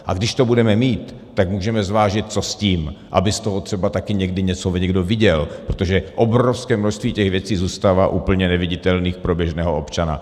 A když to budeme mít, tak můžeme zvážit, co s tím, aby z toho třeba také někdy něco někdo viděl, protože obrovské množství těch věcí zůstává úplně neviditelných pro běžného občana.